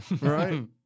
Right